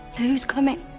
who's coming?